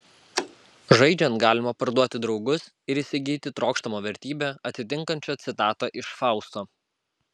žaidžiant galima parduoti draugus ir įsigyti trokštamą vertybę atitinkančią citatą iš fausto